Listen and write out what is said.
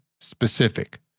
specific